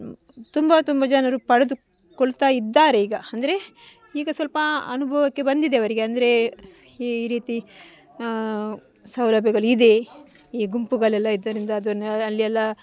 ತುಂಬ ತುಂಬ ಜನರು ಪಡೆದುಕೊಳ್ತಾ ಇದ್ದಾರೆ ಈಗ ಅಂದರೆ ಈಗ ಸ್ವಲ್ಪ ಅನುಭವಕ್ಕೆ ಬಂದಿದೆ ಅವರಿಗೆ ಅಂದರೆ ಈ ರೀತಿ ಸೌಲಭ್ಯಗಳಿದೆ ಈ ಗುಂಪುಗಳೆಲ್ಲ ಇದ್ದರಿಂದ ಅದನ್ನು ಅಲ್ಲಿ ಎಲ್ಲ